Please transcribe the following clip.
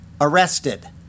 arrested